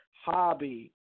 hobby